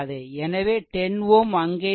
எனவே 10 Ω அங்கே இருக்கும்